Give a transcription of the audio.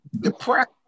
depressed